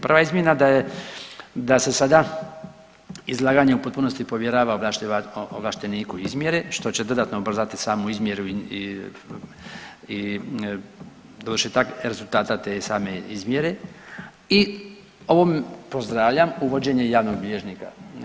Prva izmjena da se sada izlaganje u potpunosti povjerava ovlašteniku izmjere što će dodatno ubrzati samu izmjeru i doduše rezultata te same izmjere i ovo pozdravljam uvođenje javnog bilježnika.